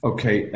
Okay